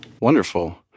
Wonderful